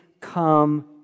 come